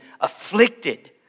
afflicted